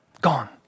gone